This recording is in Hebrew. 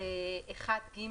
(1)(ג)